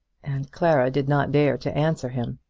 and clara did not dare to answer him.